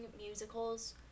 musicals